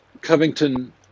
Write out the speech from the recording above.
Covington